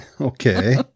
Okay